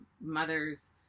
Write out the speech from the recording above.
mothers